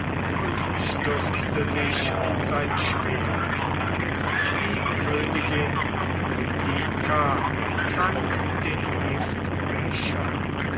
und stürzte sich in sein schwert die königin boudicca trank den